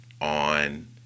on